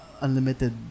unlimited